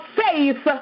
faith